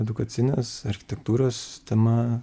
edukacines architektūros tema